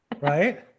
Right